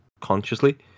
consciously